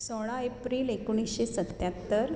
सोळा एप्रील एकोणिशें सत्त्यात्तर